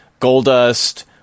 Goldust